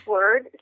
Word